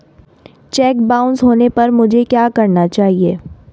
Check bounce होने पर मुझे क्या करना चाहिए?